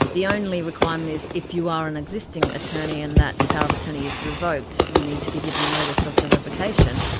the only requirement is if you are an existing attorney and that power of attorney is revoked, you need to be given notice of the revocation,